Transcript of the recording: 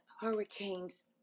hurricanes